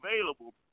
available